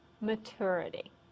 maturity